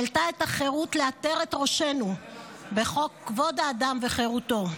שהעלתה את החירות עטרת לראשנו בחוק כבוד האדם וחירותו.